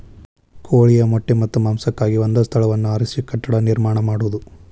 ಕೋಳಿಯ ಮೊಟ್ಟೆ ಮತ್ತ ಮಾಂಸಕ್ಕಾಗಿ ಒಂದ ಸ್ಥಳವನ್ನ ಆರಿಸಿ ಕಟ್ಟಡಾ ನಿರ್ಮಾಣಾ ಮಾಡುದು